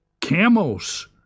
camels